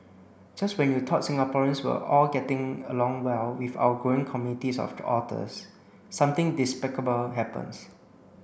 just when you thought Singaporeans were all getting along well with our growing communities of otters something despicable happens